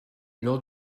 lors